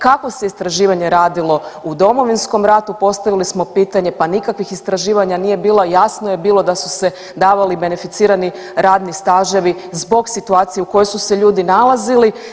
Kakvo se istraživanje radilo u Domovinskom ratu, postavili smo pitanje, pa nikakvih istraživanja nije bilo jasno je bilo da su se davali beneficirani radni staževi zbog situacije u kojoj su se ljudi nalazili.